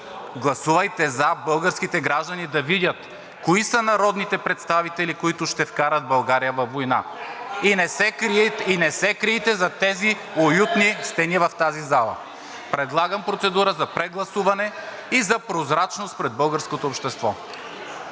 гласувайте за и българските граждани да видят кои са народните представители, които ще вкарат България във война. (Силен шум и реплики отдясно.) И не се крийте зад тези уютни стени в тази зала. Предлагам процедура за прегласуване и за прозрачност пред българското общество.